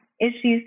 issues